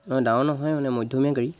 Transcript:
নহয় ডাঙৰ নহয় মানে মধ্যমীয়া গাড়ী